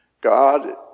God